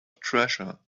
treasure